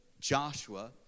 Joshua